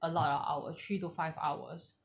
a lot of hour three to five hours